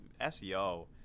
SEO